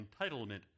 entitlement